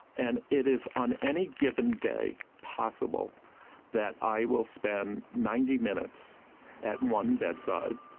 and it is on any given day possible that i will spend ninety minutes at one bedside.